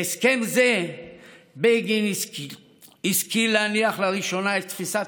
בהסכם זה בגין השכיל להניח לראשונה את תפיסת